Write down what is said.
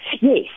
Yes